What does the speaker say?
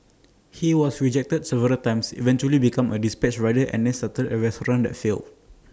he was rejected several times eventually became A dispatch rider and then started A restaurant that failed